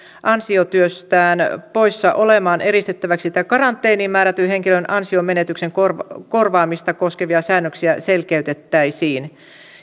ansiotyöstään poissa olemaan eristettäväksi tai karanteeniin määrätyn henkilön ansionmenetyksen korvaamista korvaamista koskevia säännöksiä selkeytettäisiin